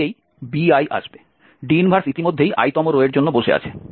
D 1 ইতিমধ্যেই i তম row এর জন্য বসে আছে